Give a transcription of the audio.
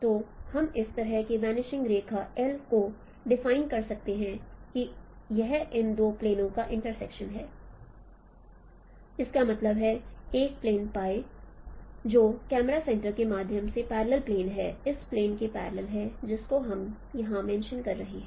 तो हम इस तरह से वनिशिंग रेखा L को डिफाइन कर सकते हैं कि यह इन दो प्लेनों का एक इंटर्सेक्शन है इसका मतलब है एक प्लेन जो कैमरा सेंटर के माध्यम से पैरलेल प्लेन है उस प्लेन के पैरलेल है जिसको हम यहां मेंशन कर रहे हैं